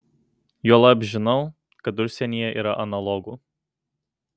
juolab žinau kad užsienyje yra analogų